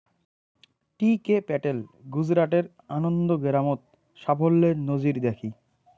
টি K Patel গুজরাটের আনন্দ গেরামত সাফল্যের নজির দ্যাখি